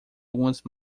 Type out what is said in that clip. algumas